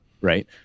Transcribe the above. right